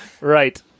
Right